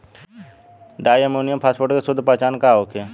डाई ammonium phosphate के शुद्ध पहचान का होखे?